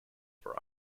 for